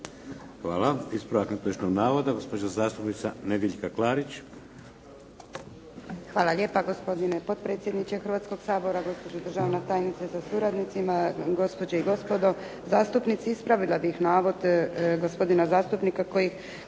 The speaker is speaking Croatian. Hvala. Ispravak netočnog navoda gospođa zastupnica Nedjeljka Klarić. **Klarić, Nedjeljka (HDZ)** Hvala lijepa. Gospodine potpredsjedniče Hrvatskog sabora, gospođo državna tajnice sa suradnicima, gospođe i gospodo zastupnici. Ispravila bih navod gospodina zastupnika koji